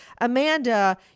amanda